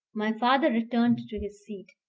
my father returned to his seat.